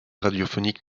radiophonique